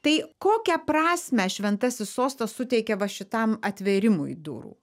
tai kokią prasmę šventasis sostas suteikė va šitam atvėrimui durų